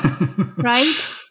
right